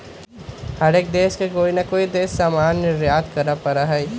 हर एक देश के कोई ना कोई देश से सामान निर्यात करे पड़ा हई